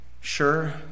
sure